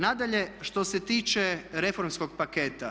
Nadalje, što se tiče reformskog paketa.